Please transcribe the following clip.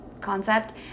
concept